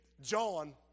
John